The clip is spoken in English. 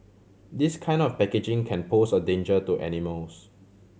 this kind of packaging can pose a danger to animals